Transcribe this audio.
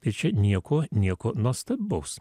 tai čia nieko nieko nuostabaus